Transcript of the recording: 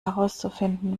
herauszufinden